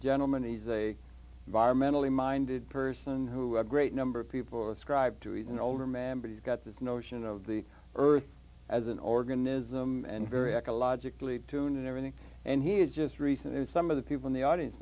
gentleman he's a environmentally minded person who had a great number of people ascribe to he's an older man but he's got this notion of the earth as an organism and very ecologically tune and everything and he has just recently some of the people in the audience